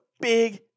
big